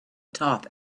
top